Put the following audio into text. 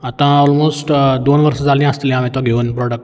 आतां ऑलमोस्ट दोन वर्सां जालीं आसतलीं हांवें तो घेवन प्रॉडक्ट